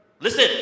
listen